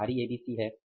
यह बाहरी एबीसी है